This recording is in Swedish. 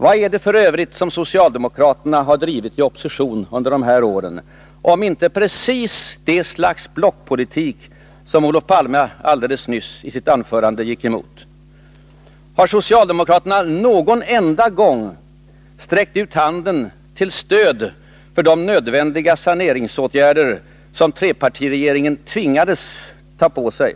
Vad är det f. ö. som socialdemokraterna har drivit i oppositionsställning under de här åren, om inte precis det slags blockpolitik som Olof Palme alldeles nyss i sitt anförande gick emot? Har socialdemokraterna någon enda gång sträckt ut handen till stöd för de nödvändiga saneringsåtgärder som trepartiregeringen tvingades ta på sig